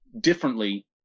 differently